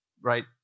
right